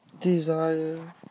desire